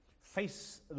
face